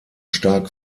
stark